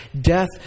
death